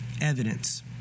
evidence